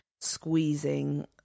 squeezing